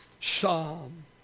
psalm